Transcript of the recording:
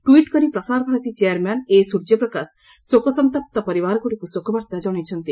tweet କରି Prasar Bharati chairman A Suryaprakash ଶୋକସନ୍ତପ୍ତ ପରିବାରଗୁଡ଼ିକୁ ଶୋକବାର୍ତ୍ତା ଜଣାଇଛନ୍ତି